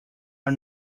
are